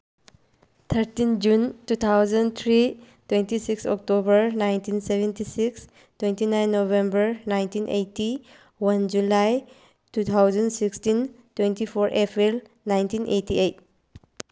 thirteen June two thousand three twenty six October nineteen seventy six twenty nine November nineteen eighty one July two thousand sixteen twenty four April nineteen eighty eight